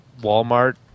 Walmart